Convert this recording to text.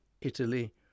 Italy